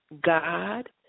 God